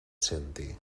senti